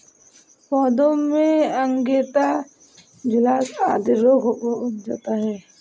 पौधों में अंगैयता, झुलसा आदि रोग हो जाता है